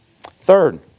Third